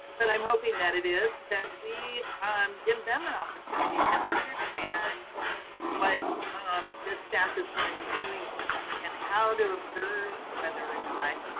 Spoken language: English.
but i'm hoping that it is that we give them an opportunity to understand what um the staff is gonna be doing for them and how to observe whether or not